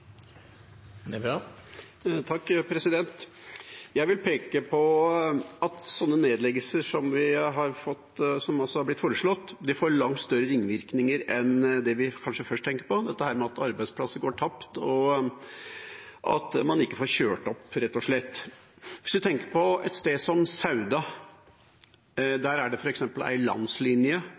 Jeg vil peke på at sånne nedleggelser som har blitt foreslått, får langt større ringvirkninger enn det vi kanskje først tenkte på, at arbeidsplasser går tapt, og at man rett og slett ikke får kjørt opp. Hvis man tar et sted som Sauda: Der er det f.eks. en landslinje